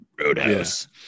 Roadhouse